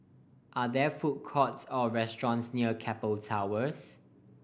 are there food courts or restaurants near Keppel Towers